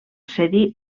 cedir